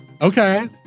Okay